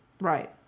right